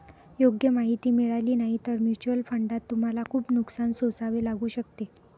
योग्य माहिती मिळाली नाही तर म्युच्युअल फंडात तुम्हाला खूप नुकसान सोसावे लागू शकते